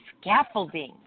scaffolding